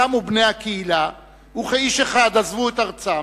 קמו בני הקהילה וכאיש אחד עזבו את ארצם,